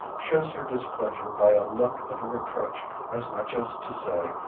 shows her displeasure by a look of reproach as much as to say,